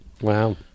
Wow